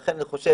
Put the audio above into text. ולכן אני חושב,